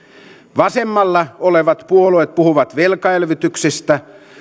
vasemmalla olevat puolueet puhuvat velkaelvytyksestä